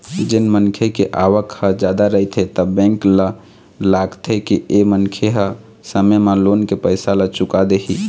जेन मनखे के आवक ह जादा रहिथे त बेंक ल लागथे के ए मनखे ह समे म लोन के पइसा ल चुका देही